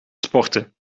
sporten